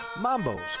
Mambo's